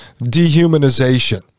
dehumanization